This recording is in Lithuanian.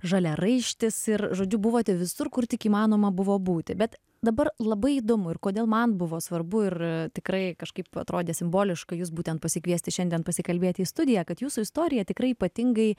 žaliaraištis ir žodžiu buvote visur kur tik įmanoma buvo būti bet dabar labai įdomu ir kodėl man buvo svarbu ir tikrai kažkaip atrodė simboliška jus būtent pasikviesti šiandien pasikalbėti į studiją kad jūsų istorija tikrai ypatingai